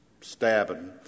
stabbing